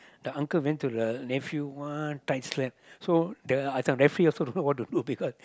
the uncle went to the nephew one tight slap so the uh this one the nephew also don't know what to do because